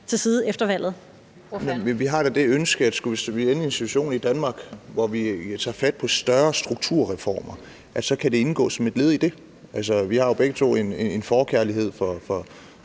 Alex Vanopslagh (LA): Vi har da det ønske, at skulle vi ende i en situation i Danmark, hvor vi tager fat på større strukturreformer, så kan det indgå som et led i det. Vi har jo begge to en forkærlighed for